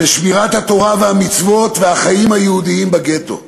בשמירת התורה והמצוות והחיים היהודיים בגטו,